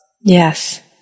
Yes